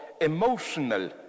emotional